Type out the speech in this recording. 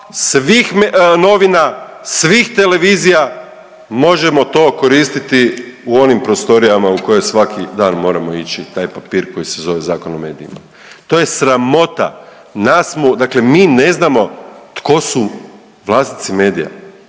svih novina, svih televizija, možemo to koristiti u onim prostorijama u koje svaki dan moramo ići, taj papir koji se zove Zakon o medijima. To je sramota, nas smo, dakle mi ne znamo tko su vlasnici medija,